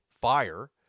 fire